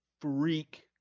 freak